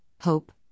hope